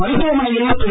மருத்துவமனையில் திரு